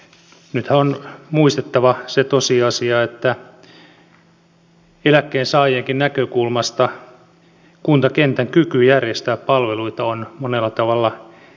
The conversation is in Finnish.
nythän on muistettava se tosiasia että eläkkeensaajienkin näkökulmasta kuntakentän kyky järjestää palveluita on monella tavalla keskeinen